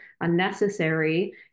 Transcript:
unnecessary